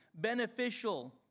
beneficial